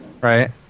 right